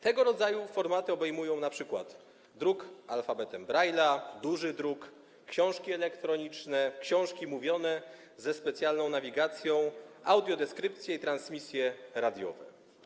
Tego rodzaju formaty obejmują np. druk alfabetem Braille’a, duży druk, książki elektroniczne, książki mówione ze specjalną nawigacją, audiodeskrypcję i transmisje radiowe.